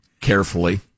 Carefully